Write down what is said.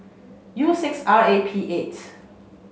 U six R A P eight